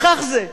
כך זה,